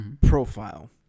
Profile